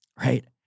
right